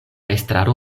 estraro